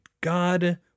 God